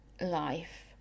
life